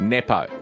Nepo